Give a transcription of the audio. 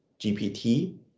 GPT